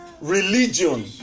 religion